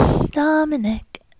Dominic